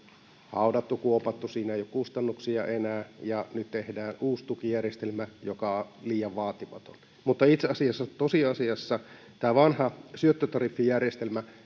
haudattu kuopattu siinä ei ole kustannuksia enää ja nyt tehdään uusi tukijärjestelmä joka on liian vaatimaton mutta itse asiassa tosiasiassa tämä vanha syöttötariffijärjestelmä